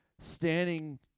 standing